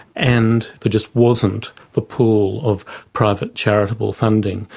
and there just wasn't the pool of private charitable funding,